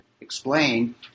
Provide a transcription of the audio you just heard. explain